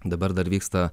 dabar dar vyksta